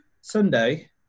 Sunday